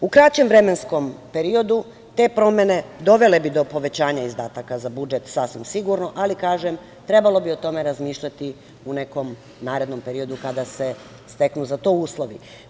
U kraćem vremenskom periodu te promene dovele bi do povećanja izdataka za budžet sasvim sigurno, ali o tome bi trebalo razmišljati u nekom narednom periodu kada se steknu za to uslovi.